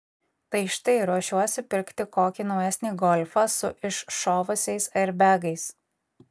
tai štai ruošiuosi pirkti kokį naujesnį golfą su iššovusiais airbegais